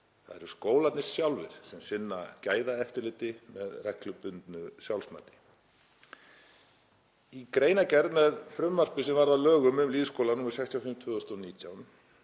Það eru skólarnir sjálfir sem sinna gæðaeftirliti með reglubundnu sjálfsmati. Í greinargerð með frumvarpi sem varð að lögum um lýðskóla, nr. 65/2019,